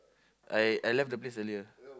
I I left the place earlier